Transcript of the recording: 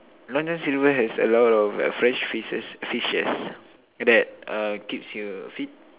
long John silver has a lot of fresh fishes fishes that uh keeps you fit